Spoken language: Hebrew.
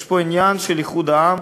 יש פה עניין של איחוד העם.